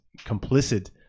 complicit